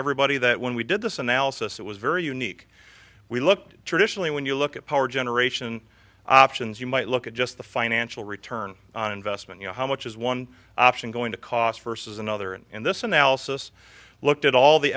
everybody that when we did this analysis it was very unique we looked traditionally when you look at power generation options you might look at just the financial return on investment you know how much is one option going to cost versus another and this analysis looked at all the